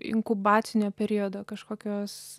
inkubacinio periodo kažkokios